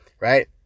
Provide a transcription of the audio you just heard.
right